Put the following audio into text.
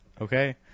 okay